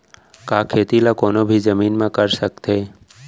का खेती ला कोनो भी जमीन म कर सकथे?